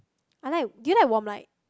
I like you like warm light